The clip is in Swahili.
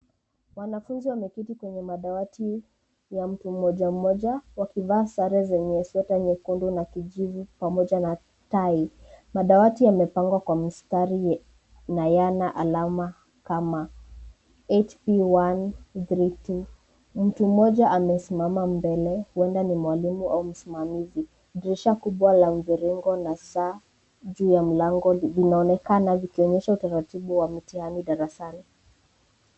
Wanafunzi wamekiti kwenye madawati ya mtu mmoja mmoja wakivaa sare zenye sweta nyekundu na kijivu pamoja na tai. Madawati yamepangwa kwa mistari na yana alama kama 8P132. Mtu mmoja amesimama mbele, huenda ni mwalimu au msimamizi. Dirisha kubwa la mviringo na saa juu ya mlango vinaonekana vikionyesha utaratibu wa mitihani darasani.